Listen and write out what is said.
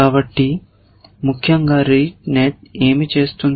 కాబట్టి ముఖ్యంగా RETE NET ఏమి చేస్తుంది